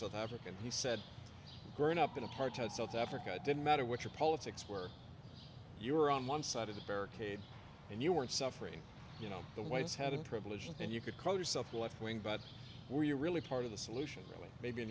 south african he said growing up in apartheid south africa didn't matter what your politics were you were on one side of the barricades and you weren't suffering you know the whites had unprivileged and you could close up the left wing but were you really part of the solution really maybe in